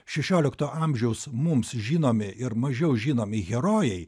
šešiolikto amžiaus mums žinomi ir mažiau žinomi herojai